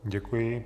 Děkuji.